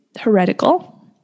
heretical